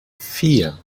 vier